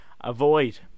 Avoid